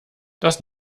das